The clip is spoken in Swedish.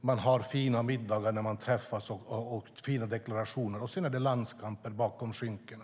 Är det så att man träffas, har fina middagar och gör fina deklarationer, och sedan är det landskamper bakom skynkena?